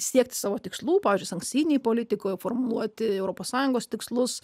siekti savo tikslų pavyzdžiui sankcijinėj politikoj formuluoti europos sąjungos tikslus